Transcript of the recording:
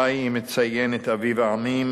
די אם אציין את אביב העמים,